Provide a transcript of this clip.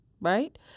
right